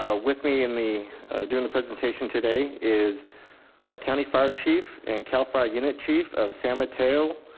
ah with me in the during the presentation today is our county fire chief and california unit chief of san mateo,